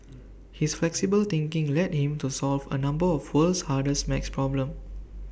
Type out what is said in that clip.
his flexible thinking led him to solve A number of the world's hardest maths problems